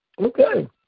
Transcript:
Okay